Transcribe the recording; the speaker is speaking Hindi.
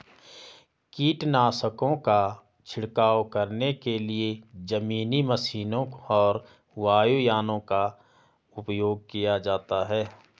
कीटनाशकों का छिड़काव करने के लिए जमीनी मशीनों और वायुयानों का उपयोग किया जाता है